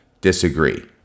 disagree